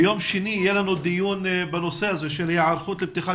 ביום שני יהיה לנו דיון בנושא היערכות לפתיחת